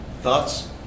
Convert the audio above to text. Thoughts